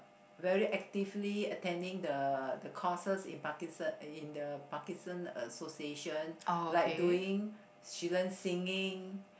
very actively attending the the courses in Parkinson's in the Parkinson's association like doing she learns singing